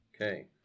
Okay